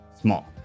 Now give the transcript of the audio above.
small